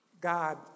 God